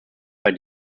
bei